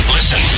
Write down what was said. Listen